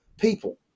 people